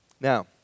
Now